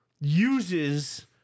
uses